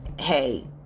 hey